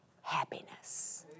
happiness